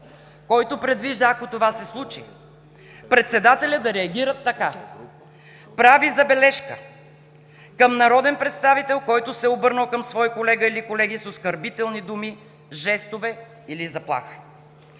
който предвижда, ако това се случи, председателят да реагира така: „прави забележка към народен представител, който се е обърнал към свой колега или колеги с оскърбителни думи, жестове или заплаха“.